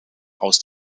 aus